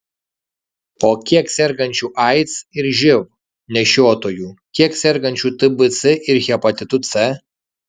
o kiek sergančių aids ir živ nešiotojų kiek sergančių tbc ir hepatitu c